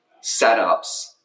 setups